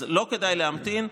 אז לא כדאי להמתין.